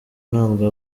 ntabwo